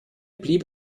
blieb